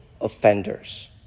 offenders